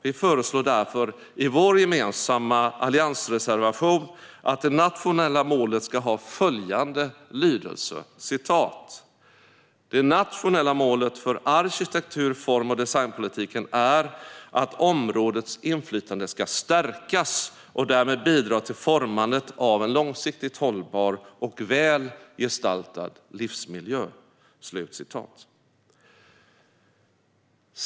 Vi föreslår därför i vår gemensamma alliansreservation att det nationella målet ska ha följande lydelse: "Det nationella målet för arkitektur-, form och designpolitiken är att områdets inflytande ska stärkas och därmed bidra till att forma en långsiktigt hållbar och väl gestaltad livsmiljö."